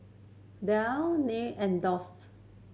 Dell Nan and Doux